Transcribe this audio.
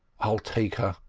i'll take her,